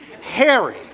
Harry